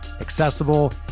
accessible